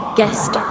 guest